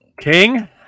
King